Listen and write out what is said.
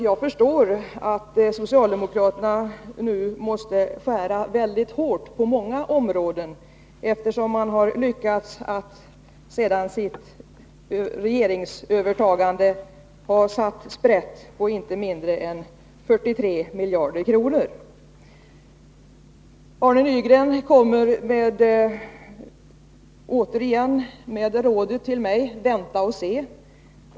Jag förstår att socialdemokraterna nu måste skära mycket hårt på många områden, eftersom de sedan sitt regeringsövertagande har lyckats sätta sprätt på inte mindre än 43 miljarder kronor. Arne Nygren kommer återigen med rådet till mig att vänta och se.